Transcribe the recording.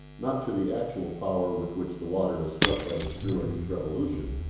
not to the actual power with which the water is struck by the screw at each revolution,